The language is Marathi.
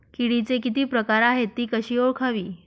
किडीचे किती प्रकार आहेत? ति कशी ओळखावी?